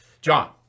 John